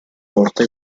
porta